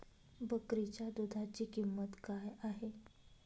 बकरीच्या दूधाची किंमत काय आहे?